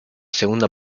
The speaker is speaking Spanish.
segunda